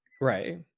Right